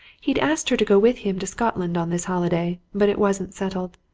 he'd asked her to go with him to scotland on this holiday, but it wasn't settled.